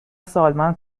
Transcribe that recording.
سالمند